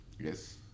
yes